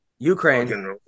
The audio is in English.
Ukraine